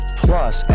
plus